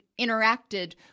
interacted